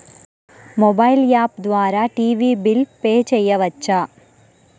Mobile app ద్వారా TV bill pay చేయవచ్చా?